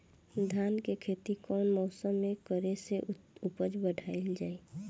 धान के खेती कौन मौसम में करे से उपज बढ़ाईल जाई?